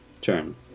turn